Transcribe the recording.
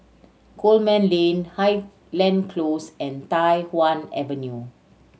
Coleman Lane Highland Close and Tai Hwan Avenue